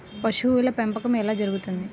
పశువుల పెంపకం ఎలా జరుగుతుంది?